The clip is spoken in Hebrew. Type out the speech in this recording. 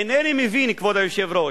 אינני מבין, כבוד היושב-ראש,